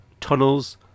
tunnels